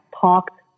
talked